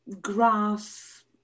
grass